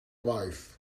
life